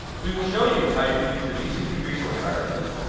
we will show you how you can use the gcp resource hierarchy,